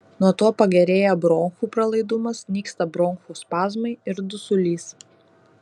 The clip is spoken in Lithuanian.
nuo to pagerėja bronchų pralaidumas nyksta bronchų spazmai ir dusulys